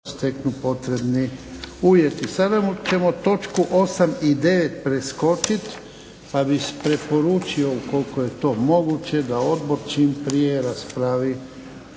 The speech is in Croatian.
Sada ćemo točku 8. i 9. preskočiti pa bih preporučio ukoliko je to moguće da Odbor što prije raspravi